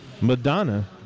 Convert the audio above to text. Madonna